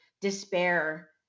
despair